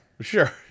Sure